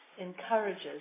encourages